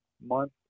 month